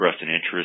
interest